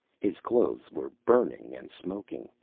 his clothes were burning and smoking.